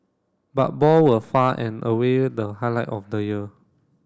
but ball were far and away the highlight of the year